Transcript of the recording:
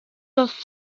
soft